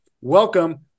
Welcome